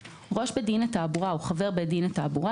(ב)ראש בית דין לתעבורה או חבר בית דין לתעבורה